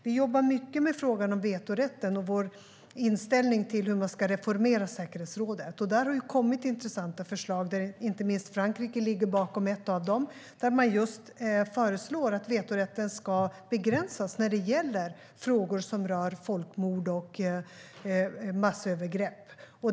Vi jobbar mycket med frågan om vetorätten och vår inställning till hur man ska reformera säkerhetsrådet. Där har det kommit intressanta förslag, inte minst ett som Frankrike ligger bakom, där man föreslår just att vetorätten ska begränsas när det gäller frågor som rör folkmord och massövergrepp.